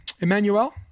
emmanuel